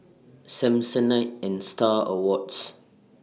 Samsonite and STAR Awards